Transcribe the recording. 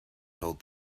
told